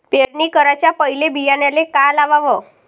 पेरणी कराच्या पयले बियान्याले का लावाव?